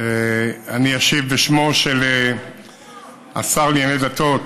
אני אשיב בשמו של השר לענייני דתות